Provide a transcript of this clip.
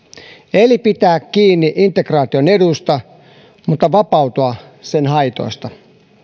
eli pitää kiinni integraation eduista mutta vapautua sen haitoista